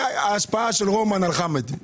מה ההשפעה של רומן על חמד?